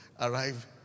arrive